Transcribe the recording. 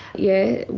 yeah,